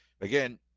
Again